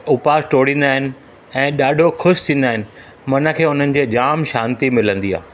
उपवास तोड़ींदा आहिनि ऐं ॾाढो ख़ुशि थींदा आहिनि मन खे उन्हनि जे जाम शांती मिलंदी आहे